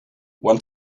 want